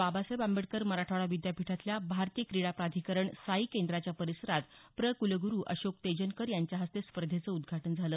बाबासाहेब आंबेडकर मराठवाडा विद्यापीठातल्या भारतीय क्रिडा प्राधिकरण साई केंद्राच्या परिसरात प्रक्लग्रु अशोक तेजनकर यांच्या हस्ते स्पर्धेचं उद्घाटन झालं